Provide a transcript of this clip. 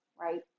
right